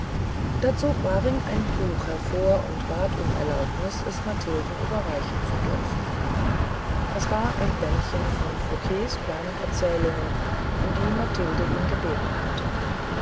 da zog waring ein buch hervor und bat um erlaubnis es mathilden überreichen zu dürfen es war ein bändchen von fouqus kleinen erzählungen um die mathilde ihn gebeten hatte